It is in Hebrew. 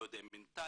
לא מכיר את המנטליות,